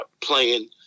playing